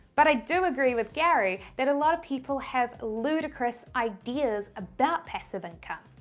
but, i do agree with gary that a lot of people have ludicrous ideas about passive income.